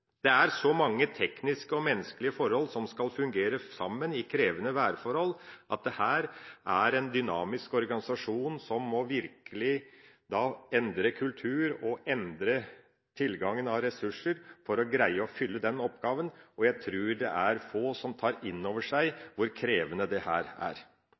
Det er så mange tekniske og menneskelige forhold som skal fungere sammen i krevende værforhold, at her er det en dynamisk organisasjon som virkelig må endre kultur og endre tilgangen av ressurser for å greie å fylle den oppgaven. Jeg tror det er få som tar inn over seg hvor krevende dette er.